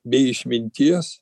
bei išminties